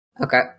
okay